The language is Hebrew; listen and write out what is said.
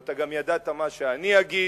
ואתה גם ידעת מה אני אגיד,